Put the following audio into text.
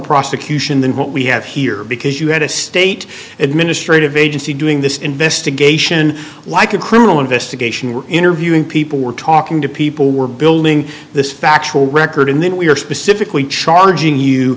prosecution than what we have here because you had a state administrative agency doing this investigation like a criminal investigation we're interviewing people we're talking to people we're building this factual record and then we're specifically charging you